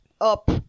up